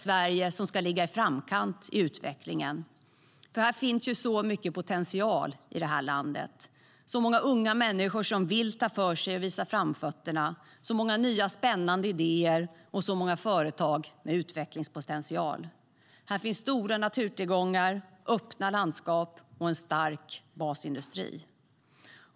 Sverige ska ligga i framkant i utvecklingen. Det finns ju så mycket potential i det här landet, så många unga människor som vill ta för sig och visa framfötterna, så många nya spännande idéer och så många företag med utvecklingspotential. Här finns stora naturtillgångar, öppna landskap och en stark basindustri.